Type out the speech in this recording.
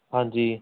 ਹਾਂਜੀ